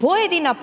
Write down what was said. pojedina